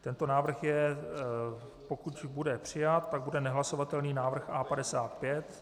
Tento návrh je pokud bude přijat, pak bude nehlasovatelný návrh A55.